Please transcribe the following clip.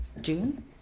June